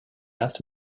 asked